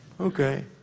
okay